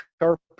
sharp